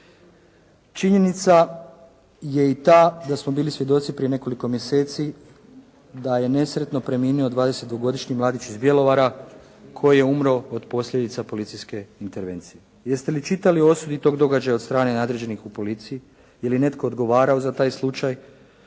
Činjenica je i ta da smo bili svjedoci prije nekoliko mjeseci da je nesretno preminuo dvadeset dvogodišnji mladić iz Bjelovara koji je umro od posljedica policijske intervencije. Jeste li čitali o osudi tog događaja od strane nadređenih u policiji? Je li netko odgovarao za taj slučaj.